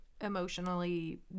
emotionally